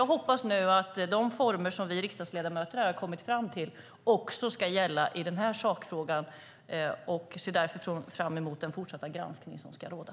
Jag hoppas nu att de former som vi riksdagsledamöter har kommit fram till också ska gälla i denna sakfråga. Därför ser jag fram emot den fortsatta granskning som ska ske.